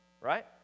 right